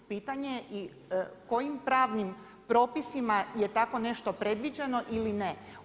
Pitanje, kojim pravim propisima je tako nešto predviđeno ili ne?